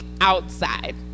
outside